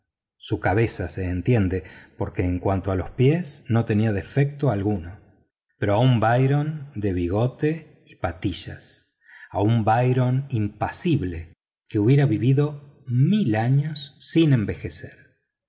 su cabeza se entiende porque en cuanto a los pies no tenía defecto alguno pero a un byron de bigote y patillas a un byron impasible que hubiera vivido mil años sin envejecer